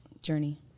journey